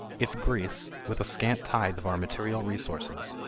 if greece, with a scant tithe of our material resources,